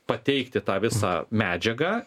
pateikti tą visą medžiagą